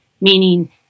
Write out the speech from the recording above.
Meaning